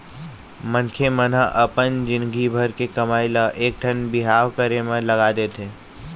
मनखे मन ह अपन जिनगी भर के कमई ल एकठन बिहाव करे म लगा देथे